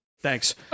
Thanks